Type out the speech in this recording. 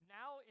now